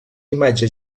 imatge